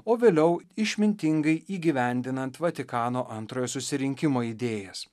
o vėliau išmintingai įgyvendinant vatikano antrojo susirinkimo idėjas